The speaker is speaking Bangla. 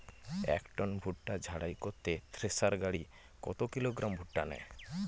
এক টন ভুট্টা ঝাড়াই করতে থেসার গাড়ী কত কিলোগ্রাম ভুট্টা নেয়?